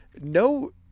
No